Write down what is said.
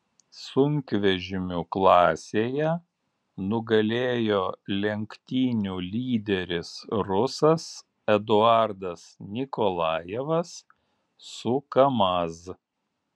sunkvežimių klasėje nugalėjo lenktynių lyderis rusas eduardas nikolajevas su kamaz